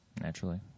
Naturally